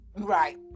right